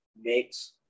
makes